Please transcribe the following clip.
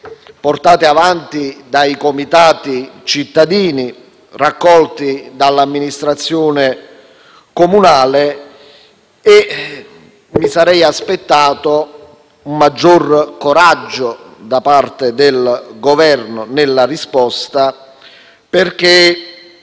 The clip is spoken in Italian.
portate avanti dai comitati cittadini e raccolte dall'amministrazione comunale. Mi sarei aspettato un maggior coraggio da parte del Governo nella risposta a